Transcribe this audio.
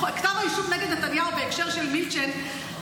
בכתב האישום נגד נתניהו בהקשר של מילצ'ן,